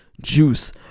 juice